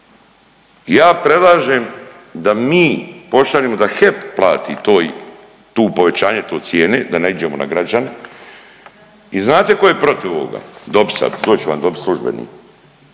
Ja predlažem da mi pošaljemo da HEP plati toj, tu povećanje to cijene, da ne iđemo na građane i znate tko je protiv ovoga, dopisa, to ću vam dopis službeni.